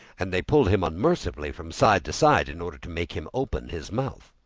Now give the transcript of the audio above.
and they pulled him unmercifully from side to side in order to make him open his mouth.